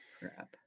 crap